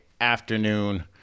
afternoon